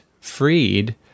freed